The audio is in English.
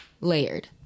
layered